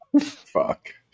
Fuck